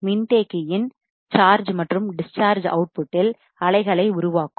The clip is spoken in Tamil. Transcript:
மின்தேக்கியின் கெப்பாசிட்டர் சார்ஜ் மற்றும் டிஸ்சார்ஜ் அவுட் புட்டில் அலைகளை உருவாக்கும்